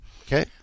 Okay